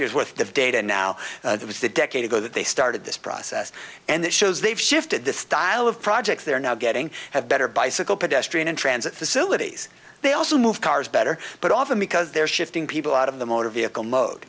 years worth of data now it was a decade ago that they started this process and it shows they've shifted the style of projects they're now getting have better bicycle pedestrian and transit facilities they also move cars better but often because they're shifting people out of the motor vehicle mode